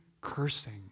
cursing